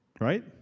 Right